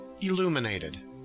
illuminated